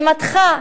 היא מתחה,